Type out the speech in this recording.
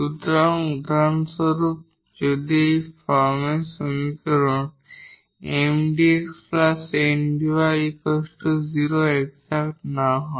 সুতরাং উদাহরণস্বরূপ যদি এই ফর্মের সমীকরণ 𝑀𝑑𝑥 𝑁𝑑𝑦 0 এক্সাট না হয়